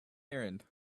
errand